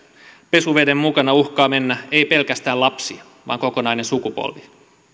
pesuveden mukana uhkaa mennä ei pelkästään lapsi vaan kokonainen sukupolvi